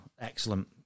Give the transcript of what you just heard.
excellent